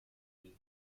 you